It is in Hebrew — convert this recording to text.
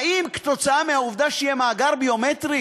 האם כתוצאה מהעובדה שיהיה מאגר ביומטרי